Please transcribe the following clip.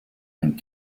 and